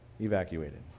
evacuated